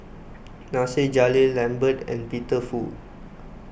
Nasir Jalil Lambert and Peter Fu